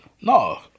No